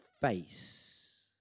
face